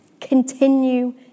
Continue